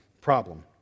problem